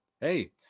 Hey